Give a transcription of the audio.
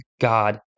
God